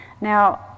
Now